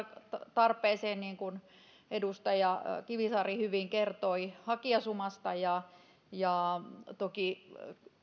tarpeeseen niin kuin edustaja kivisaari hyvin kertoi hakijasumasta toki